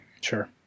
Sure